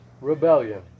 rebellion